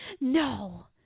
No